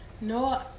No